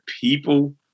people